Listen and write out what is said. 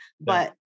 but-